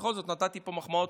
בכל זאת, נתתי פה מחמאות